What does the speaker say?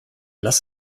lass